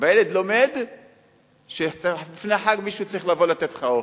והילד לומד שלפני החג מישהו צריך לבוא לתת לך אוכל.